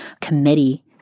committee